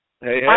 Hey